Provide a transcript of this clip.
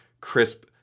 crisp